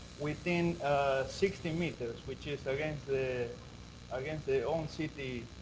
within sixty metres which is against the against the own city